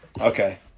Okay